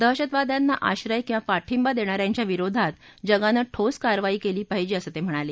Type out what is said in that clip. दहशतवाद्यांना आश्रय किवा पाठिबा देणा यांच्या विरोधात जगानं ठोस कारवाई केली पाहिजे असं ते म्हणाले